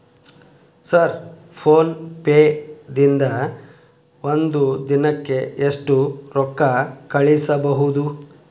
Sir PhonePe ದಿಂದ ಒಂದು ದಿನಕ್ಕೆ ಎಷ್ಟು ರೊಕ್ಕಾ ಕಳಿಸಬಹುದು?